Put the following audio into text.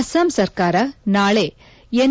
ಅಸ್ಟಾಂ ಸರ್ಕಾರ ನಾಳೆ ಎನ್